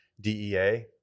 DEA